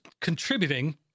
contributing